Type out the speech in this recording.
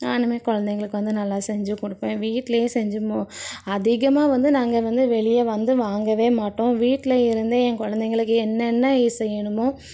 நானும் கொழந்தைங்களுக்கு வந்து நல்லா செஞ்சுக் கொடுப்பேன் வீட்டிலையே செஞ்சிடணும் அதிகமாக வந்து நாங்கள் வந்து வெளியே வந்து வாங்கவே மாட்டோம் வீட்டிலிருந்தே என் கொழந்தைகளுக்கு என்னென்ன இது செய்யணுமோ